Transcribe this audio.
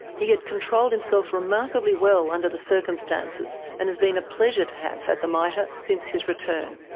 he had controlled himself remarkably well under the circumstances and has been a pleasure to have at the mita since his return.